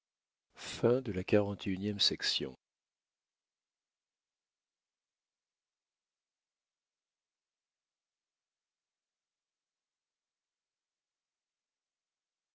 de la lune